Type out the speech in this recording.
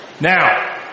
Now